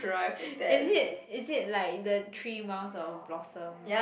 is it is it like the three miles of blossom